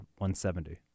170